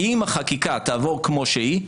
אם החקיקה תעבור כמו שהיא,